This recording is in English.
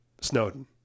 Snowden